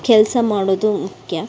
ಕೆಲಸ ಮಾಡೋದು ಮುಖ್ಯ